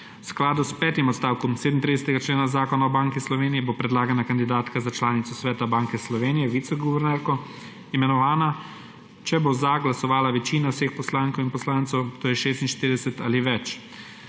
V skladu s petim odstavkom 37. člena Zakona o Banki Slovenije bo predlagana kandidatka za članico Sveta Banke Slovenije − viceguvernerko imenovana, če bo za glasovala večina vseh poslank in poslancev, to je 46 ali več.